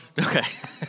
Okay